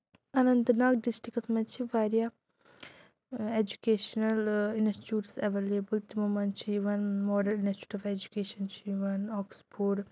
Anant Nag districts منٛز چھِ واریاہ اٮ۪جوکیشنَل اِنَسچوٗٹٕس اٮ۪ویلیبٕل تِمو منٛز چھِ یِوان ماڈَل اِنَسچوٗٹ آف اٮ۪جُکیشَن چھِ یِوان اوٚکٕسفوڈ